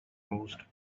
most